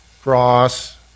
Cross